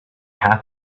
half